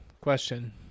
question